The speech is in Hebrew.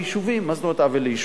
מה זאת אומרת עוול ליישובים?